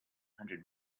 hundred